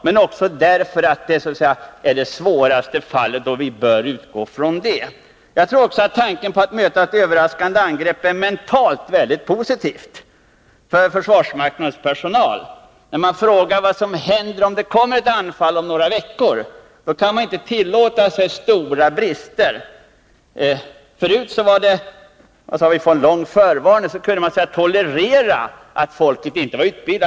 Men det överraskande angreppet är också det svåraste fallet, och vi bör utgå från det. Jag tror också att tanken på att möta ett överraskande angrepp är mentalt väldigt positivt för försvarsmaktens personal. När man måste ställa frågan vad som händer om det kommer ett anfall om några veckor, då kan man inte tillåta sig att ha stora brister. När man kunde räkna med en lång förvarning, då kunde man så att säga tolerera att personalen inte var utbildad.